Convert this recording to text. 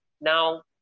Now